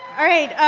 all right.